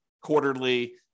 quarterly